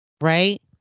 right